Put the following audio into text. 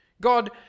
God